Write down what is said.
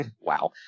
Wow